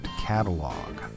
catalog